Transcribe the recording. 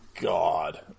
god